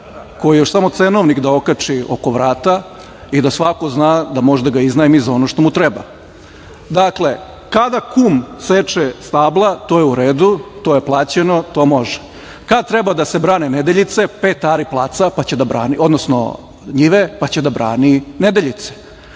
koji još samo cenovnik da okači oko vrata i da svako zna da može da ga iznajmi za ono što mu treba. Dakle, kada kum seče stabla to je u radu, to je plaćeno, to može. Kada treba da se brane Nedeljice pet ari placa, odnosno njive pa će da brani Nedeljice.